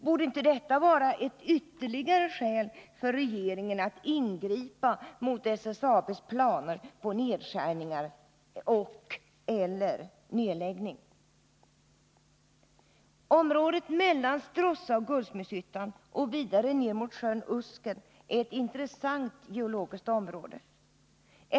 Borde inte detta vara ett ytterligare skäl för regeringen att ingripa mot SSAB:s planer på nedskärningar och/eller nedläggning? Området mellan Stråssa och Guldsmedshyttan och vidare ned mot sjön Usken är ett geologiskt intressant område.